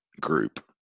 group